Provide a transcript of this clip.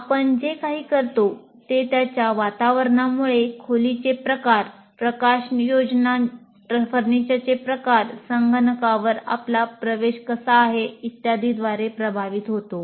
आपण जे काही करतो ते त्याच्या वातावरणामुळे खोलीचे प्रकार प्रकाशयोजना फर्निचरचे प्रकार संगणकावर आपला प्रवेश कसा आहे इत्यादीद्वारे प्रभावित होतो